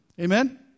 Amen